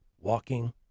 walking